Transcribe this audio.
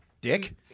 dick